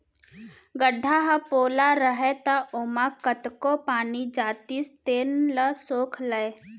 गड्ढ़ा ह पोला रहय त ओमा कतको पानी जातिस तेन ल सोख लय